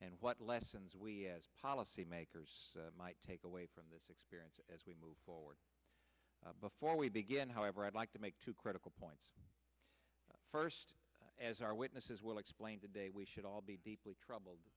and what lessons we as policymakers might take away from this experience as we move forward before we begin however i'd like to make two critical points first as our witnesses will explain today we should all be deeply troubled